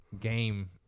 game